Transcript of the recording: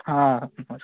हां हां नमस्कार